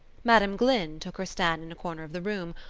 madam glynn took her stand in a corner of the room,